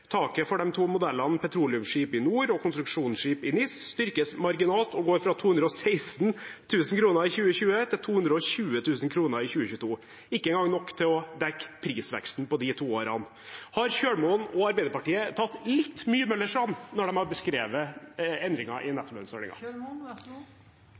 Taket for de to modellene petroleumsskip i NOR og konstruksjonsskip i NIS styrkes marginalt og går fra 216 000 kr i 2020 til 220 000 kr i 2022 – ikke engang nok til å dekke prisveksten på de to årene. Har Kjølmoen og Arbeiderpartiet tatt litt mye Møller’s Tran når de har beskrevet endringen i